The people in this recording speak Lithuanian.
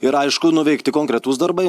ir aišku nuveikti konkretūs darbai